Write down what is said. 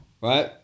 Right